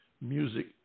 music